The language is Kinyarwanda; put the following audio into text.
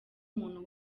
umuntu